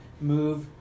move